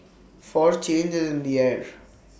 for change is in the air